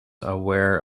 aware